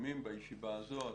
שומעים בישיבה הזאת